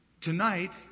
Tonight